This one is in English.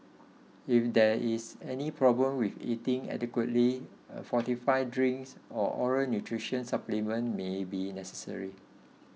if there is any problem with eating adequately a fortified drinks or oral nutrition supplement may be necessary